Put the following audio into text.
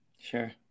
Sure